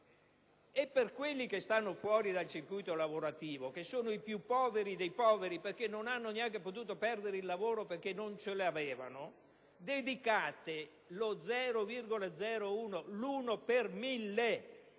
A quelli che stanno fuori dal circuito lavorativo (che sono i più poveri dei poveri, perché non hanno neanche potuto perdere il lavoro perché non lo avevano) voi dedicato lo 0,01 per cento,